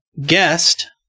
guest